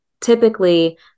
typically